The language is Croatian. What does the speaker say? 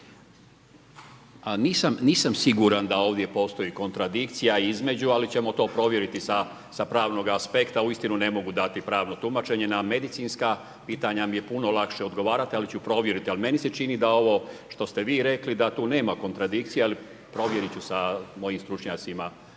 nisam siguran da ovdje postoji kontradikcija između, ali ćemo to provjeriti sa pravnog aspekta. Uistinu ne mogu dati pravno tumačenje. Na medicinska pitanja mi je puno lakše odgovarati, ali ću provjeriti. Meni se čini da ovo što ste vi rekli da tu nema kontradikcije. Ali provjerit ću sa mojim stručnjacima